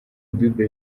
bible